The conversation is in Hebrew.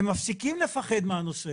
הם מפסיקים לפחד מהנושא